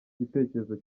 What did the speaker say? igitekerezo